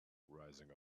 rising